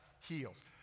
heals